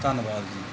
ਧੰਨਵਾਦ ਜੀ